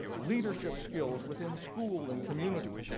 leadership skills within school and community,